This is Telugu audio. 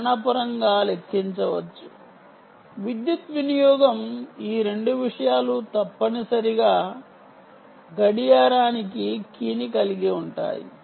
గణన విద్యుత్ వినియోగం ఈ రెండు విషయాలూ తప్పనిసరిగా క్లాక్ కి కీ ని కలిగి ఉంటాయి